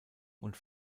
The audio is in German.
und